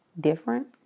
different